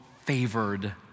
favored